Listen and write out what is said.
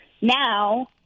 Now